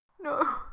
no